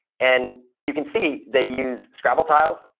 and you can see they use scrabble tiles,